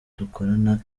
dukorana